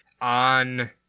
on